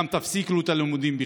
גם תפסיק לו את הלימודים בחיפה.